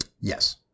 yes